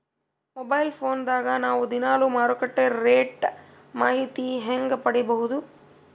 Mobile phone ದಾಗ ನಾವು ದಿನಾಲು ಮಾರುಕಟ್ಟೆ ರೇಟ್ ಮಾಹಿತಿ ಹೆಂಗ ಪಡಿಬಹುದು?